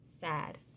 sad